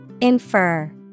Infer